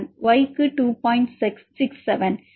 1 க்கு சமம்